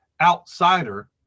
outsider